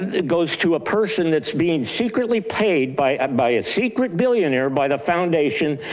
it goes to a person that's being secretly paid by by a secret billionaire by the foundation.